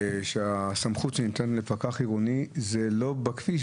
שהסמכות שניתנת לפקח עירוני היא לא בכביש.